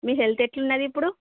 మీ health ఎట్లుంది ఇప్పుడు